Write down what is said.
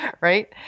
right